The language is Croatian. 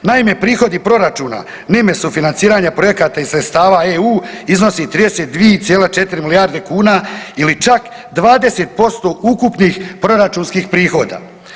Naime, prihodi proračuna na ime sufinanciranja projekata i sredstava EU iznosi 32,4 milijarde kuna ili čak 20% ukupnih proračunskih prihoda.